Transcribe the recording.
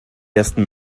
ersten